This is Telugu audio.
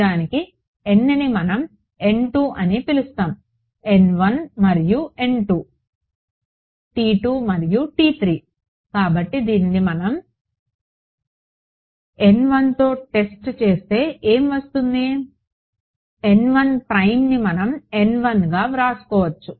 నిజానికి Nని మనం N2 అని పిలుస్తాము N1 మరియు N2 T2 మరియు T3 కాబట్టి దీనిని మనం తో టెస్ట్ చేస్తే ఏమి వస్తుంది N1 ని మనం గా వ్రాసుకోవచ్చు